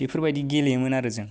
बेफोर बायदि गेलेयोमोन आरो जों